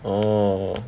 orh